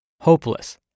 hopeless